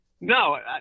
no